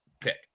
pick